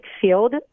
field